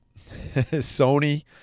Sony